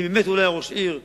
אם הוא לא היה באמת ראש עיר טוב.